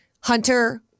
Hunter